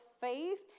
faith